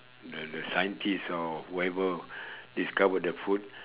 the the scientist or whoever discovered the food